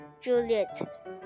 Juliet